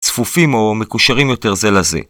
צפופים או מקושרים יותר זה לזה